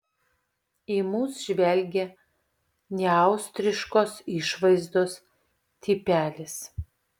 į mus žvelgė neaustriškos išvaizdos tipelis